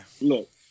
Look